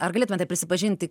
ar galėtumėte prisipažinti